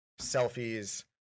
selfies